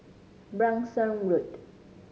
Branksome Road